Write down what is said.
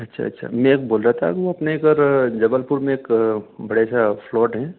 अच्छा अच्छा मैं बोल रहा था वो अपने इधर जबलपुर में एक बढ़िया सा फ़्लोट है